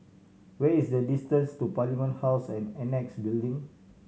what is the distance to Parliament House and Annexe Building